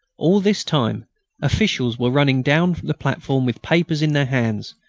all this time officials were running down the platform with papers in their hands,